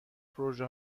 پروژه